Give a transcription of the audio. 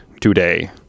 today